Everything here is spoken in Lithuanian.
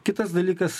kitas dalykas